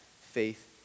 faith